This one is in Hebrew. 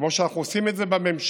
כמו שאנחנו עושים את זה גם בממשלה,